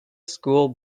school